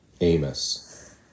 Amos